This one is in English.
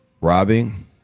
robbing